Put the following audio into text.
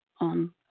on